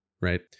right